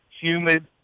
humid